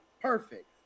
perfect